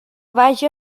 vaja